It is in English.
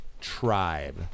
tribe